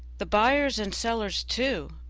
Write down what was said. the buyers and sellers, too,